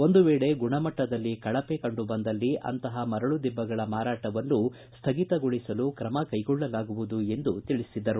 ಒಂದು ವೇಳೆ ಗುಣಮಟ್ಟದಲ್ಲಿ ಕಳಪೆ ಕಂಡುಬಂದಲ್ಲಿ ಅಂತಹ ಮರಳು ದಿಬ್ಬಗಳ ಮಾರಾಟವನ್ನು ಸ್ಟಗಿತಗೊಳಿಸಲು ಕ್ರಮ ಕೈಗೊಳ್ಳಲಾಗುವುದು ಎಂದು ತಿಳಿಸಿದರು